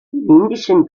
indischen